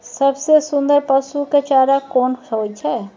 सबसे सुन्दर पसु के चारा कोन होय छै?